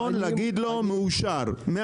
תגידו לי שלא, אין בעיה.